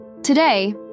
Today